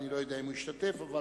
אני לא יודע אם הוא השתתף אבל